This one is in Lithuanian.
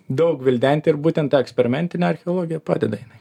daug gvildenti ir būtent ta eksperimentinė archeologija padeda jinai